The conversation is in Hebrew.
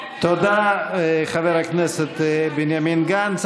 תודה, חבר הכנסת בנימין גנץ.